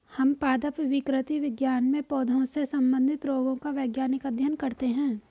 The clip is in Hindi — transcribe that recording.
हम पादप विकृति विज्ञान में पौधों से संबंधित रोगों का वैज्ञानिक अध्ययन करते हैं